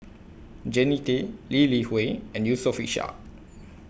Jannie Tay Lee Li Hui and Yusof Ishak